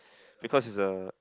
because is a